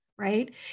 right